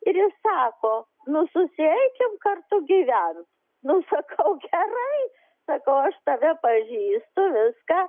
ir jis sako nu susieikim kartu gyvent nu sakau gerai sakau aš tave pažįstu viską